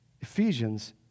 Ephesians